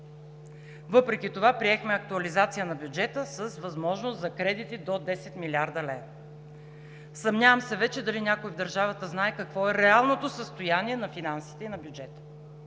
Въпреки това приехме актуализация на бюджета с възможност за кредити до 10 млрд. лв. Съмнявам се вече дали някой в държавата знае какво е реалното състояние на финансите и на бюджета!